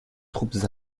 troupes